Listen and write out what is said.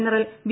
general V